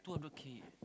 two hundred k eh